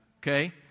Okay